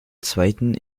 zweiten